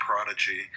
prodigy